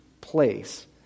place